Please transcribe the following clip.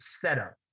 setup